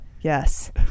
Yes